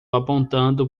apontando